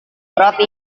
roti